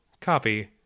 copy